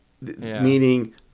meaning